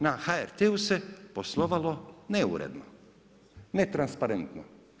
Na HRT-u se poslovalo neuredno, netransparentno.